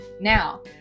Now